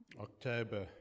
October